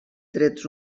drets